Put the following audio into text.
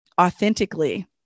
authentically